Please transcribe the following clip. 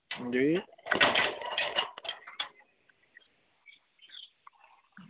अंजी